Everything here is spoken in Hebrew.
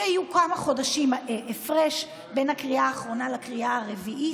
שיהיו כמה חודשים הפרש בין הקריאה האחרונה לקריאה הרביעית,